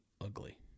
ugly